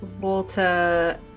Walter